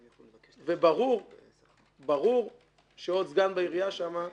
וברור שעוד סגן בעירייה שם,